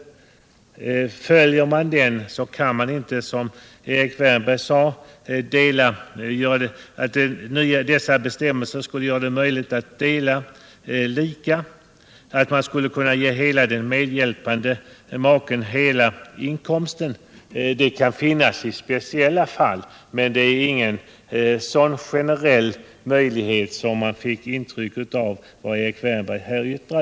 Om man följer den principen kan man inte, som Erik Wärnberg gjorde gällande, tillämpa bestämmelserna så att man delar lika. I speciella fall kan man väl ge den medhjälpande maken nästan hela inkomsten, men det är ingen generell möjlighet, som man fick intryck av att det var när man lyssnade på Erik Wärnberg.